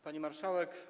Pani Marszałek!